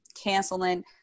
canceling